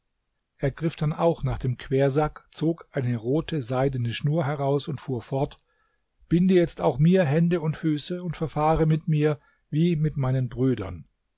er griff dann auch nach dem quersack zog eine rote seidene schnur heraus und fuhr fort binde jetzt auch mir hände und füße und verfahre mit mir wie mit meinen brüdern